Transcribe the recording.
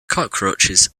cockroaches